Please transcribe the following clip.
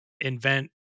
invent